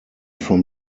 from